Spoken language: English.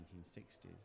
1960s